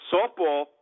Softball